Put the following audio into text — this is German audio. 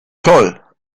toll